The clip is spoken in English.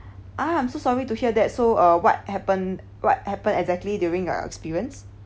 ah I'm so sorry to hear that so uh what happened what happened exactly during your experience